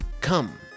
Come